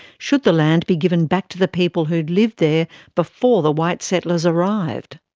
should the land be given back to the people who had lived there before the white settlers arrived?